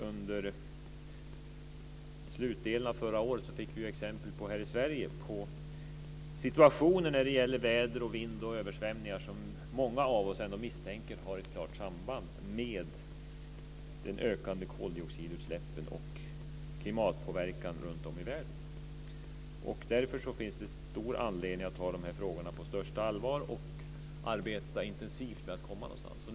Under slutdelen av förra året fick vi här i Sverige exempel på situationer när det gäller väder, vind och översvämningar som många av oss misstänker har ett klart samband med de ökande koldioxidutsläppen och klimatpåverkan runtom i världen. Därför finns det stor anledning att ta de här frågorna på största allvar och arbeta intensivt med att komma någonstans.